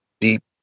deep